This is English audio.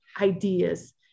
ideas